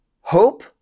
hope